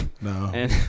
No